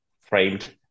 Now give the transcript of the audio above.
framed